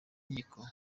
nkiko